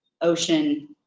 ocean